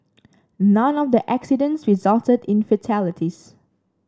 none of the accidents resulted in fatalities